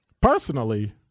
personally